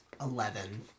eleven